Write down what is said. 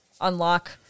Unlock